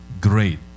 great